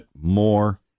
more